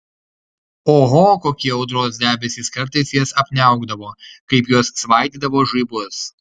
oho kokie audros debesys kartais jas apniaukdavo kaip jos svaidydavo žaibus